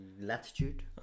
latitude